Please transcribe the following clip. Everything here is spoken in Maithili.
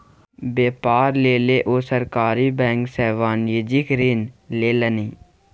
बेपार लेल ओ सरकारी बैंक सँ वाणिज्यिक ऋण लेलनि